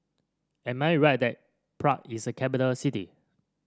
am I right that Prague is a capital city